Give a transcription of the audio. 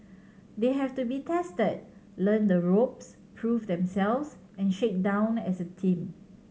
they have to be tested learn the ropes prove themselves and shake down as a team